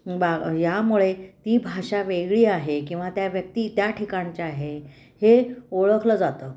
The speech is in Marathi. बा यामुळे ती भाषा वेगळी आहे किंवा त्या व्यक्ती त्या ठिकाणच्या आहे हे ओळखलं जातं